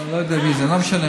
אני לא יודע מי זה, לא משנה.